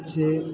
પછી